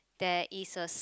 there is a